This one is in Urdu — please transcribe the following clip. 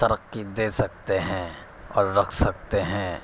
ترقی دے سکتے ہیں اور رکھ سکتے ہیں